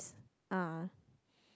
ah